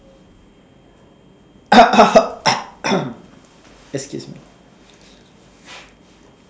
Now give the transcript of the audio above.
excuse me